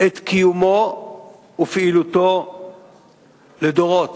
את קיומו ופעילותו לדורות,